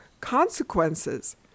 consequences